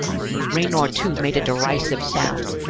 raynor two made a derisive sound.